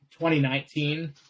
2019